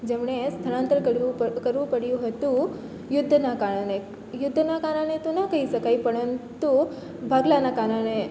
જેમણે સ્થળાંતર કરવું પડ્યું હતું યુદ્ધના કારણે યુદ્ધના કારણે તો ન કઈ શકાય પરંતુ ભાગલાના કારણે